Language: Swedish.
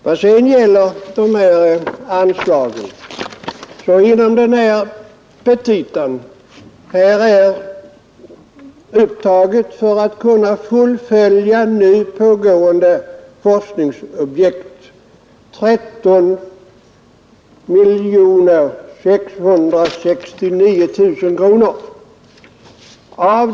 Vad sedan gäller anslagen så är i den här petitan upptaget 13 669 000 kronor till fullföljande av pågående forskningsobjekt.